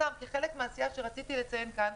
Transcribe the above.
כחלק מהעשייה שרציתי לציין כאן,